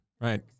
Right